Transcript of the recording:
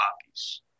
copies